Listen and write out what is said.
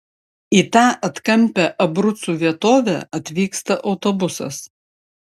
į tą atkampią abrucų vietovę atvyksta autobusas